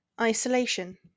Isolation